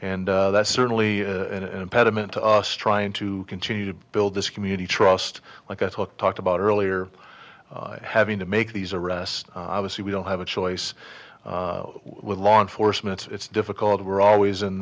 and that's certainly an impediment to us trying to continue to build this community trust like i took talked about earlier having to make these arrests obviously we don't have a choice with law enforcement it's difficult we're always in